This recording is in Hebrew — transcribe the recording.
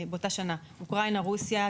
רוסיה,